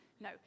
no